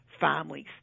families